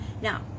Now